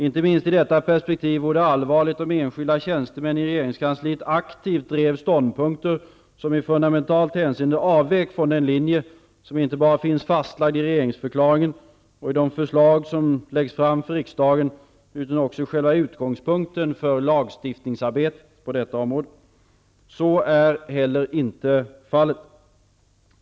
Inte minst i detta perspektiv vore det allvarligt om enskilda tjänstemän i regeringskansliet aktivt drev ståndpunkter som i fundamentalt hänseende avvek från den linje som inte bara finns fastlagd i regeringsförklaringen och i de förslag som läggs fram för riksdagen, utan också i själva utgångspunkten för lagstiftningsarbetet på detta område. Så är heller inte fallet.